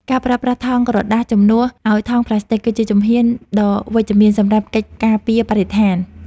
ការប្រើប្រាស់ថង់ក្រដាសជំនួសឱ្យថង់ផ្លាស្ទិក គឺជាជំហានដ៏វិជ្ជមានសម្រាប់កិច្ចការពារបរិស្ថាន។